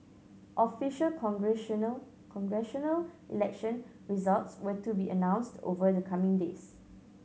official congressional election results were to be announced over the coming days